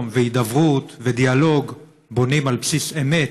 והידברות ודיאלוג בונים על בסיס אמת,